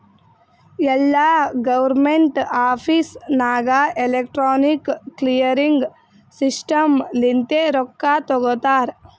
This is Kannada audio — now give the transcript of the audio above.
ಎಲ್ಲಾ ಗೌರ್ಮೆಂಟ್ ಆಫೀಸ್ ನಾಗ್ ಎಲೆಕ್ಟ್ರಾನಿಕ್ ಕ್ಲಿಯರಿಂಗ್ ಸಿಸ್ಟಮ್ ಲಿಂತೆ ರೊಕ್ಕಾ ತೊಗೋತಾರ